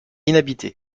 inhabitée